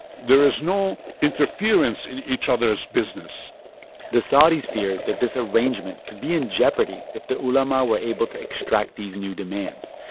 there is no interference in each other's business the saudis feared that this arrangement could be in jeopardy if the ulema were able to extract these new demands.